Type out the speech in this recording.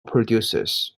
producers